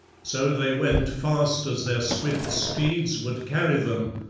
so they went fast as their swift steeds would carry them,